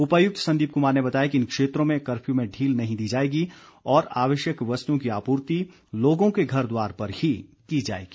उपायुक्त संदीप कुमार ने बताया कि इन क्षेत्रों में कफ्यू में ढील नहीं दी जाएगी और आवश्यक वस्तुओं की आपूर्ति लोगों के घर द्वार पर ही की जाएगी